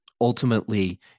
ultimately